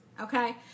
Okay